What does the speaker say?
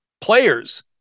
players